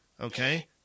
Okay